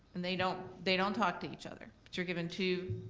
and they don't they don't talk to each other, but you're given two,